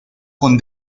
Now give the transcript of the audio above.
con